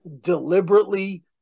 deliberately